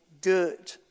good